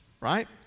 right